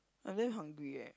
I'm damn hungry eh